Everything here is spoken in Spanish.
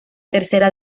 tercera